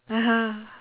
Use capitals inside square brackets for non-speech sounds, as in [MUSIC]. [LAUGHS]